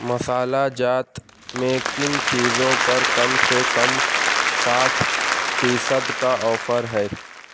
مصالحہ جات میں کن چیزوں پر کم سے کم ساٹھ فیصد کا آفر ہے